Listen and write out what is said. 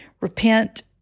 Repent